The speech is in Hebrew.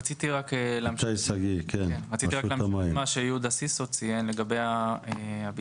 רציתי רק להמשיך את מה שיהודה סיסו ציין לגבי הביצוע.